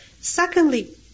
Secondly